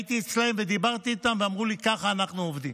שהייתי אצלם ודיברתי איתם ואמרו לי: ככה אנחנו עובדים.